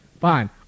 Fine